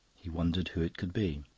he wondered who it could be.